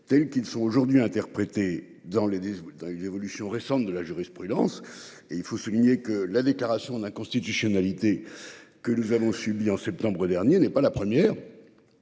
tels qu'ils sont aujourd'hui interpréter dans les 10 août avec l'évolution récente de la jurisprudence et il faut souligner que la déclaration d'inconstitutionnalité. Que nous avons subi en septembre dernier n'est pas la première.